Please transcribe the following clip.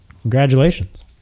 Congratulations